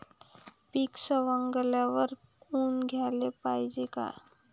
पीक सवंगल्यावर ऊन द्याले पायजे का?